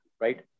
right